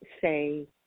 say